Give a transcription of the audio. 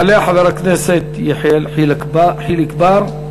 יעלה חבר הכנסת יחיאל חיליק בר,